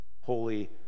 holy